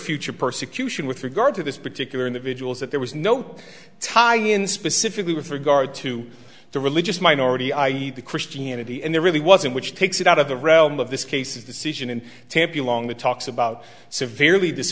future persecution with regard to this particular individuals that there was no tie in specifically with regard to the religious minority i e the christianity and there really wasn't which takes it out of the realm of this case of decision in tempe along with talks about severely